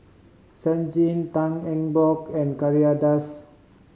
Chen Shiji Tan Eng Bock and Kay Das